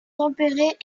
tempérées